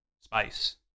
space